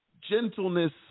gentleness